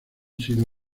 sido